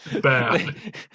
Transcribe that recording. Bad